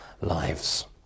lives